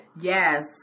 yes